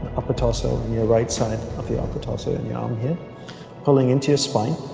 upper torso and your right side of the ah upper torso in yeah um here pulling into your spine